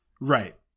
Right